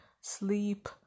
sleep